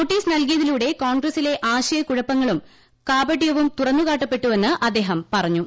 notice നൽകിയതിലൂടെ കോൺഗ്ഗസിലെ ആശയക്കുഴപ്പങ്ങളും കാപട്യവും തുറന്നുകാട്ടപ്പെട്ടുവെന്ന് അദ്ദേഹം പറഞ്ഞു